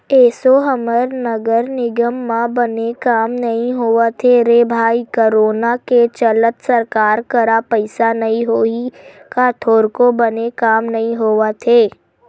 एसो हमर नगर निगम म बने काम नइ होवत हे रे भई करोनो के चलत सरकार करा पइसा नइ होही का थोरको बने काम नइ होवत हे